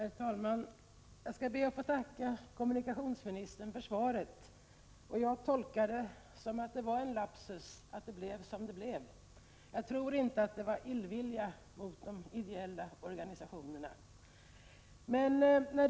Herr talman! Jag ber att få tacka kommunikationsministern för svaret, och jag tolkar svaret så, att det var en lapsus att det blev som det blev i det här fallet. Jag tror inte att det låg illvilja mot de ideella organisationerna bakom förslaget.